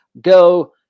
go